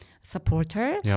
supporter